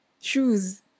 Shoes